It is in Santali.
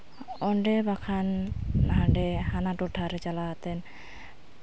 ᱚᱸᱰᱮ ᱵᱟᱠᱷᱟᱱ ᱦᱟᱸᱰᱮ ᱦᱟᱱᱟ ᱴᱚᱴᱷᱟᱨᱮ ᱪᱟᱞᱟᱣ ᱠᱟᱛᱮᱫ